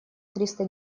триста